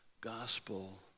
gospel